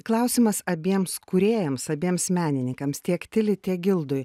klausimas abiems kūrėjams abiems menininkams tiek tili tiek gildui